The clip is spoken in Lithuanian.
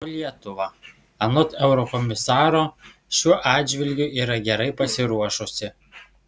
o lietuva anot eurokomisaro šiuo atžvilgiu yra gerai pasiruošusi